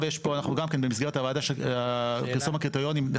ובמסגרת פרסום הקריטריונים אנחנו גם